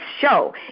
show